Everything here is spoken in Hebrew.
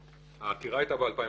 העתירה הייתה ב-2009.